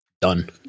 Done